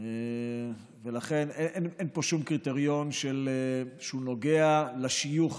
ולכן אין פה שום קריטריון שנוגע לשיוך.